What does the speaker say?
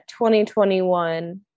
2021